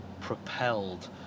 propelled